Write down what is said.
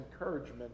encouragement